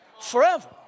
forever